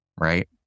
right